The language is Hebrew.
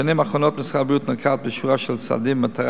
בשנים האחרונות משרד הבריאות נקט שורה של צעדים במטרה